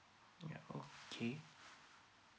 ya okay